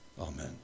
Amen